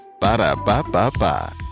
Ba-da-ba-ba-ba